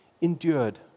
endured